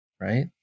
right